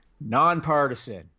Nonpartisan